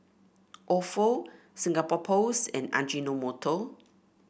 Ofo Singapore Post and Ajinomoto